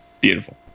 Beautiful